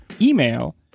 Email